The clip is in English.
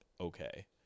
okay